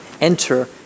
enter